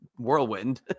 whirlwind